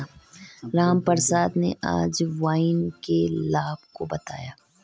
रामप्रसाद ने अजवाइन के लाभ को बताया